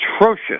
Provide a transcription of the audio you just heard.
atrocious